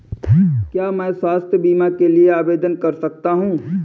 क्या मैं स्वास्थ्य बीमा के लिए आवेदन कर सकता हूँ?